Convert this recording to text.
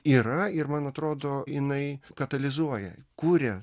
yra ir man atrodo jinai katalizuoja kuria